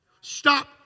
Stop